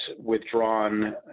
withdrawn